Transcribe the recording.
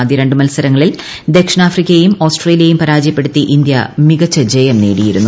ആദ്യ രണ്ടു മത്സരങ്ങളിൽ ദക്ഷിണഫ്രിക്കയേയും ഓസ്ട്രേലിയയേയും പരാജയപ്പെടുത്തി ഇന്ത്യ മികച്ച ജയം നേടിയിരുന്നു